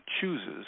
chooses